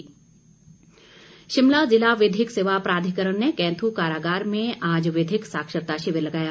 विधिक साक्षरता शिमला ज़िला विधिक सेवा प्राधिकरण ने कैथ्र कारागार में आज विधिक साक्षरता शिविर लगाया